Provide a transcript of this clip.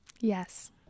Yes